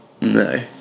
No